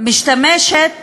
ומשתמשת